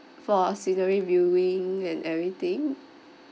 for scenery viewing and everything